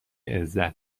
عزت